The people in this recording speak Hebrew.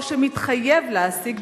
או שמתחייב להעסיק,